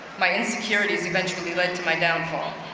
my insecurities eventually led to my downfall.